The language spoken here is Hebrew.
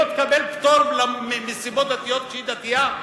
היא לא תקבל פטור מסיבות דתיות כשהיא דתייה?